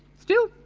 still,